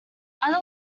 other